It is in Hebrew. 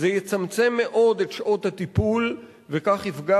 זה יצמצם מאוד את שעות הטיפול וכך יפגע